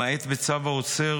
למעט בצו האוסר